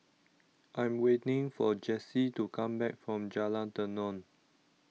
I'm waiting for Jessi to come back from Jalan Tenon